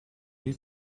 die